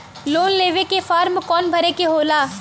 Loan लेवे के form कौन भरे के होला?